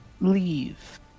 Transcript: leave